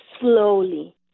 slowly